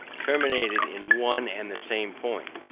terminated in one and the same point,